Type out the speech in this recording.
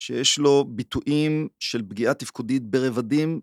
שיש לו ביטויים של פגיעה תפקודית ברבדים.